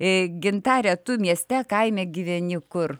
gintare tu mieste kaime gyveni kur